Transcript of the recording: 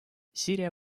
сирия